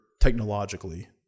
technologically